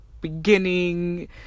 beginning